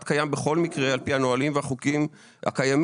קיים בכל מקרה על פי הנהלים והחוקים הקיימים.